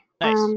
Nice